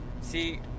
See